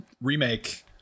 remake